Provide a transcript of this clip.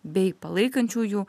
bei palaikančiųjų